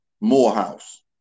Morehouse